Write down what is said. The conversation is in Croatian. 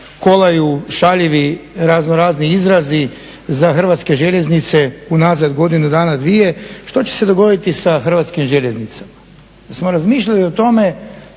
kolaju šaljivi razno razni izrazi za Hrvatske željeznice u nazad godinu dana dvije. Što će se dogoditi sa Hrvatskim željeznicama? Jesmo razmišljali o tome